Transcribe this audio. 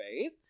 faith